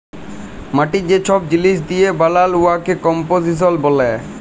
মাটি যে ছব জিলিস দিঁয়ে বালাল উয়াকে কম্পসিশল ব্যলে